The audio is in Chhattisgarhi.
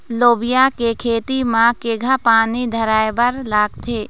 लोबिया के खेती म केघा पानी धराएबर लागथे?